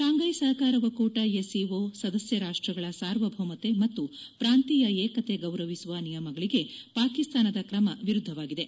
ಶಾಂಫ್ಟೆ ಸಹಕಾರ ಒಕ್ಕೂಟ ಎಸ್ಸಿಒ ಸದಸ್ದ ರಾಷ್ಟಗಳ ಸಾರ್ವಭೌಮತೆ ಮತ್ತು ಪ್ರಾಂತೀಯ ಏಕತೆ ಗೌರವಿಸುವ ನಿಯಮಗಳಿಗೆ ಪಾಕಿಸ್ತಾನದ ಕ್ರಮ ವಿರುದ್ದವಾಗಿದೆ